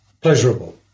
pleasurable